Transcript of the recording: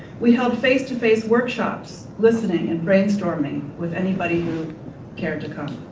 we held face to face workshops listening and brainstorming with anybody who cared to come.